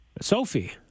Sophie